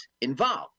involved